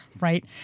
right